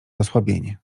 osłabienie